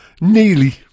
nearly